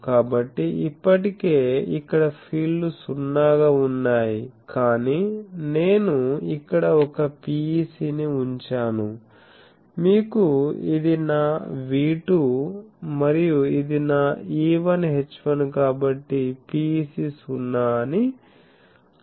కాబట్టి ఇప్పటికే ఇక్కడ ఫీల్డ్లు సున్నాగా ఉన్నాయి కానీ నేను ఇక్కడ ఒక PEC ని ఉంచాను మీకు ఇది నా V2 మరియు ఇది నా E1 H1 కాబట్టి PEC సున్నా అని చెప్పాను